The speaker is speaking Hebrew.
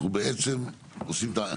אנחנו בעצם עושים,